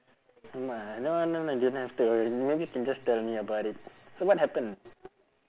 uh my no no no you don't have to maybe you can just tell me about it so what happened